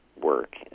work